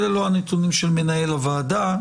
אלה לא הנתונים של מנהל הוועדה.